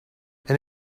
and